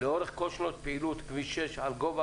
לאורך כל שנות פעילות כביש 6 על גובה